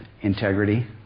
integrity